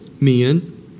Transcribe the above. men